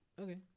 Okay